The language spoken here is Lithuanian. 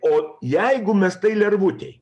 o jeigu mes tai lervutei